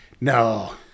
No